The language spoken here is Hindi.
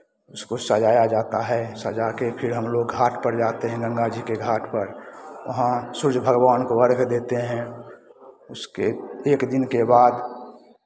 उसको सजाया जाता है सजाके फिर हमलोग घाट पर जाते हैं गंगा जी के घाट पर वहाँ सूर्य भगवान को अर्घ्य देते हैं उसके एक दिन के बाद